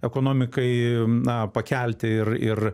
ekonomikai na pakelti ir ir